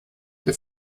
der